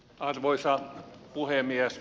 arvoisa puhemies